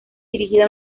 dirigida